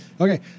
Okay